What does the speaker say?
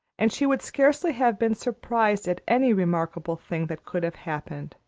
and she would scarcely have been surprised at any remarkable thing that could have happened.